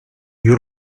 you